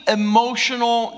emotional